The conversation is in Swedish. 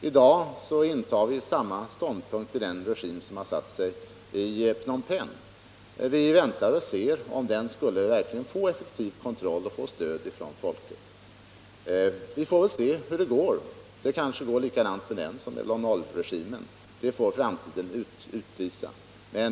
I dag intar vi samma ståndpunkt till den regim som har satt sig i Phnom Penh. Vi väntar för att se om den verkligen får effektiv kontroll och stöd från folket. Vi får se hur det går — det kanske går likadant för den regimen som för Lon Nol-regimen. Det får framtiden utvisa.